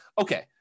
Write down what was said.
Okay